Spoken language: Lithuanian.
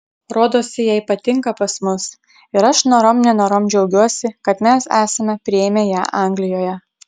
rodosi jai patinka pas mus ir aš norom nenorom džiaugiuosi kad mes esame priėmę ją anglijoje